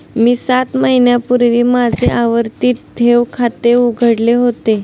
मी सात महिन्यांपूर्वी माझे आवर्ती ठेव खाते उघडले होते